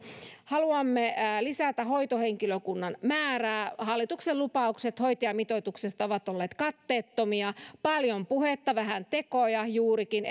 haluamme lisätä hoitohenkilökunnan määrää hallituksen lupaukset hoitajamitoituksesta ovat olleet katteettomia paljon puhetta vähän tekoja juurikin